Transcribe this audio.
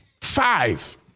Five